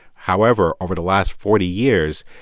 however, over the last forty years,